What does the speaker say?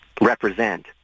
represent